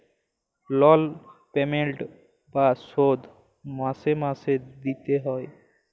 লল পেমেল্ট বা শধ মাসে মাসে দিইতে হ্যয়